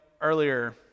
earlier